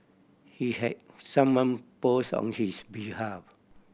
he had someone post on his behalf